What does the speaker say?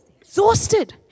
exhausted